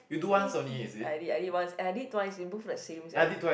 eh did I did I did once eh I did twice they both the same sia